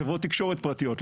חברות תקשורת פרטיות,